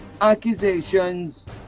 accusations